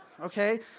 Okay